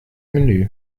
menü